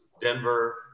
Denver